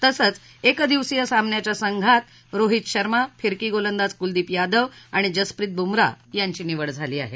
तसंच एकदिवसीय सामन्याच्या संघात रोहित शर्मा फिरकी गोलदाज कुलदीप यादव आणि जसप्रीत बुमराह यांची निवड झाली आहे